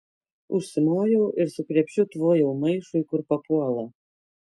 užsimojau ir su krepšiu tvojau maišui kur papuola